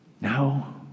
Now